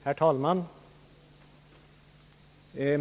Herr talman!